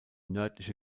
nördliche